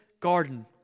garden